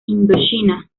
indochina